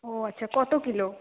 ও আচ্ছা কত কিলো